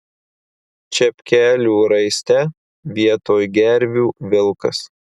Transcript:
čepkelių raiste vietoj gervių vilkas